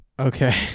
Okay